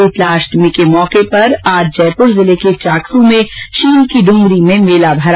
शीतलाष्टमी पर आज जयपुर जिले के चाकसू में शील की डूंगरी में मेला भरा